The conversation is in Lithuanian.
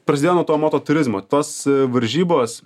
prasidėjo nuo to moto turizmo tos varžybos